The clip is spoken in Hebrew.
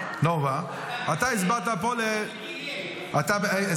אתה הסברת פה --- אתה ב-delay.